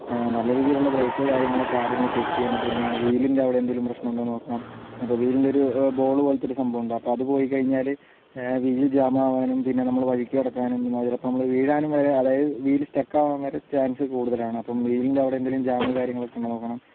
നല്ല രീതിയിലുള്ള ബ്രേയ്ക്ക് കാര്യങ്ങളൊക്കെ ആദ്യമേ ചെക്ക് ചെയ്യണം പിന്നെ വീലിൻ്റെ അവിടെ എന്തെങ്കിലും പ്രശ്നം ഉണ്ടോ എന്ന് നോക്കണം അപ്പോൾ വീലിൻ്റെ ഒരു ബോൾ പോലത്തെ ഒരു സംഭവം ഉണ്ട് അപ്പോൾ അത് പോയിക്കഴിഞ്ഞാല് വീൽ ജാമാവാനും പിന്നെ നമ്മള് വഴിക്ക് കിടക്കാനും ചിലപ്പോൾ നമ്മള് വീഴാനും വരെ അതായത് വീൽ സ്റ്റെക്കാവാൻ വരെ ചാൻസ് കുടുതലാണ് അപ്പോൾ വീലിൻ്റെ അവിടെ എന്തെങ്കിലും ജാമ് കാര്യങ്ങളൊക്കെ ഉണ്ടോ എന്ന് നോക്കണം